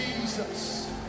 Jesus